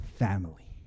Family